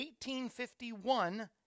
1851